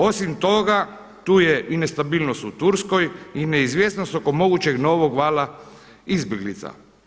Osim toga tu je i nestabilnost u Turskoj i neizvjesnost oko mogućeg novog vala izbjeglica.